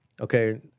Okay